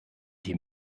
die